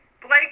Blake